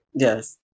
Yes